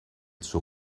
suo